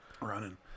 Running